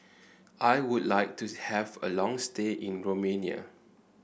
I would like to have a long stay in Romania